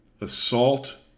assault